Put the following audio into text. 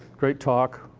great talk,